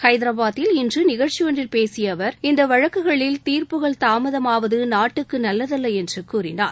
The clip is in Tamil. ஹைதராபாத்தில் இன்று நிகழ்ச்சி ஒன்றில் பேசிய அவர் இந்த வழக்குகளில் தீர்ப்புகள் தாமதமாவது நாட்டுக்கு நல்லதல்ல என்று கூறினார்